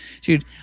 Dude